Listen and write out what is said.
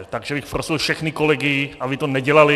Takže bych prosil všechny kolegy, aby to nedělali.